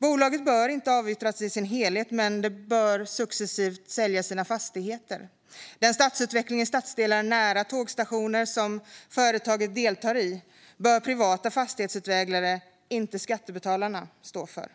Bolaget bör inte avyttras i sin helhet, men det bör successivt sälja sina fastigheter. Den stadsutveckling i stadsdelar nära tågstationer som företaget deltar i bör privata fastighetsutvecklare, inte skattebetalarna, stå för.